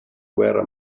guerra